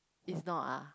it's not ah